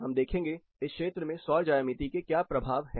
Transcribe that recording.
हम देखेंगे इस क्षेत्र में सौर ज्यामिति के क्या प्रभाव है